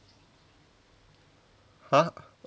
!huh!